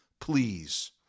please